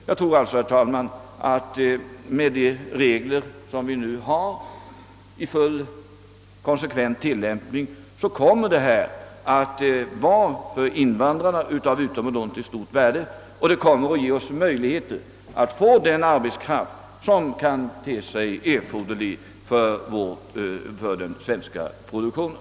Jag tror alltså, herr talman, att de regler vi nu har i fullt konsekvent tilllämpning kommer att bli av utomordentligt stort värde för invandrarna och att vi kommer att få möjlighet att rekrytera den arbetskraft som kan te sig erforderlig för den svenska produktionen.